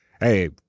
hey